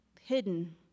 hidden